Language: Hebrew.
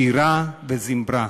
שירה וזמרה,